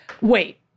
Wait